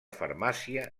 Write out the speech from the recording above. farmàcia